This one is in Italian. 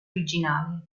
originale